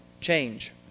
change